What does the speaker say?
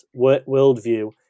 worldview